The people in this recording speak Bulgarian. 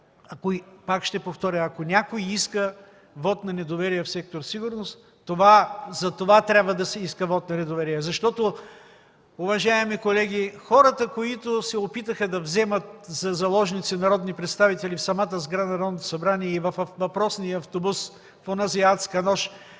пак ще повторя, ако някой иска вот на недоверие в сектор „Сигурност”, за това трябва да се иска вот на недоверие. Защото, уважаеми колеги, хората, които се опитаха да вземат за заложници народни представители в самата сграда на Народното събрание и във въпросния автобус в онази адска нощ